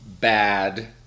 bad